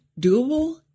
doable